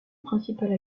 principales